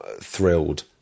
thrilled